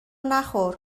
نخور